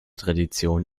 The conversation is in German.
tradition